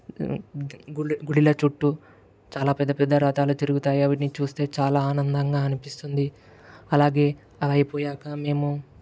గుడి గుడిల చుట్టూ చాలా పెద్ద పెద్ద రథాలు తిరుగుతాయి అవన్నీ చూస్తే చాలా ఆనందంగా అనిపిస్తుంది అలాగే అవి అయిపోయాక మేము